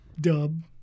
Dub